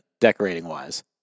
decorating-wise